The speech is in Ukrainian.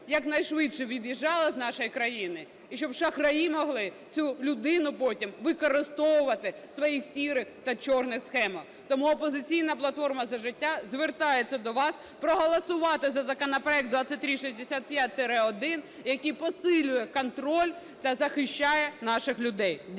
якнайшвидше від'їжджала з нашої країни і щоб шахраї могли цю людину потім використовувати в своїх "сірих" та "чорних" схемах. Тому "Опозиційна платформа - За життя" звертається до вас проголосувати за законопроект 2365-1, який посилює контроль та захищає наших людей.